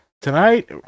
Tonight